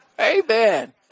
Amen